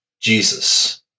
Jesus